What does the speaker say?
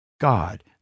God